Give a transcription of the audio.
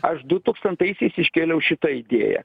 aš dutūkstantaisiais iškėliau šitą idėją